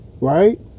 Right